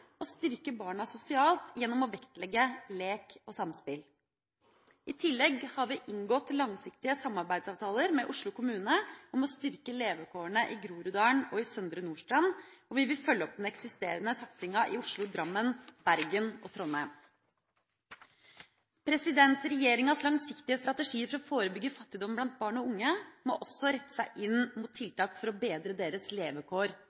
og styrke barna sosialt gjennom å vektlegge lek og samspill. I tillegg har vi inngått langsiktige samarbeidsavtaler med Oslo kommune om å styrke levekårene i Groruddalen og i Søndre Nordstrand, og vi vil følge opp den eksisterende satsinga i Oslo, Drammen, Bergen og Trondheim. Regjeringas langsiktige strategier for å forebygge fattigdom blant barn og unge må også rette seg inn mot tiltak for å bedre deres levekår